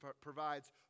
provides